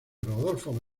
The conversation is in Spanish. rodolfo